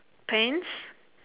pants